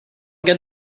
get